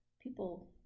people